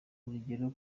urugero